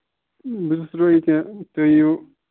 بہٕ چھُُس روزان ییٚتیٚن تُہۍ یِیِو